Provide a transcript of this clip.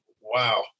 Wow